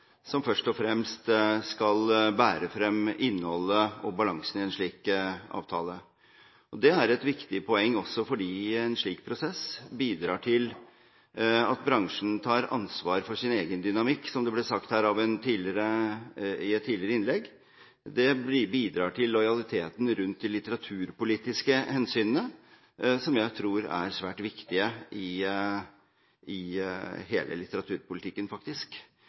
som først og fremst skal bære frem innholdet og balansen i en slik avtale. Det er et viktig poeng også fordi en slik prosess bidrar til at bransjen tar ansvar for sin egen dynamikk, som det ble sagt her i et tidligere innlegg. Det bidrar til lojaliteten rundt de litteraturpolitiske hensynene, som jeg tror er svært viktige i hele litteraturpolitikken.